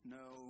no